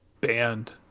banned